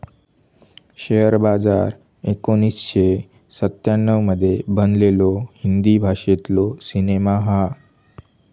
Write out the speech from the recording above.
share बाजार एकोणीसशे सत्त्याण्णव मध्ये बनलेलो हिंदी भाषेतलो सिनेमा हा